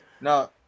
No